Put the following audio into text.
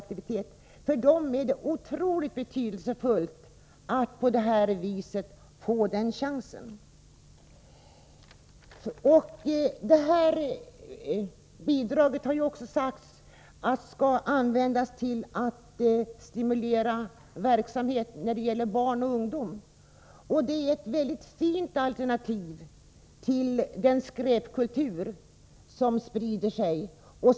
För dessa människor är det synnerligen betydelsefullt att de verkligen får en chans. Bidraget skall också användas till att stimulera barnoch ungdomsverksamheten, som är ett mycket fint alternativ till den skräpkultur som breder ut sig.